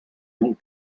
molt